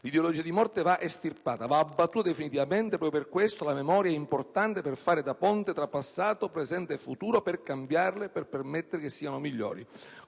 L'ideologia di morte va estirpata. Va abbattuta definitivamente e, proprio per questo, la memoria è importante per fare da ponte tra passato, presente e futuro, per cambiarli, per permettere che siano migliori.